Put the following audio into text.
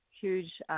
huge